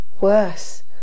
worse